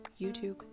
YouTube